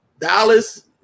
Dallas